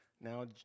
now